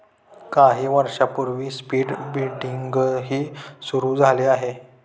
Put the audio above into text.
काही वर्षांपूर्वी स्पीड ब्रीडिंगही सुरू झाले आहे